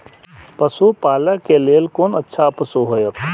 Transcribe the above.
पशु पालै के लेल कोन अच्छा पशु होयत?